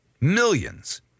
Millions